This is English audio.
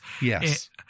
Yes